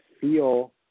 feel